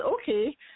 okay